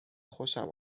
خوشم